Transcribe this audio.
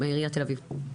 עיריית תל אביב.